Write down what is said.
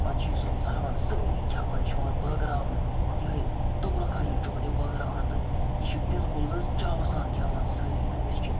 پَتہٕ چھِ یہِ سُہ ژَروَن سٲری کھٮ۪وان یہِ چھِ یِوان بٲگراونہٕ یِہوٚے توٚبرُکاہ ہیوٗ چھِ یِوان یہِ بٲگراونہٕ تہٕ یہِ چھِ بِلکُل حظ چاوٕ سان کھٮ۪وان سٲری تہٕ أسۍ چھِ